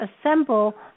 assemble